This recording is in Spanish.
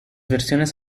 versiones